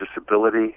disability